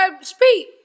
speak